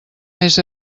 més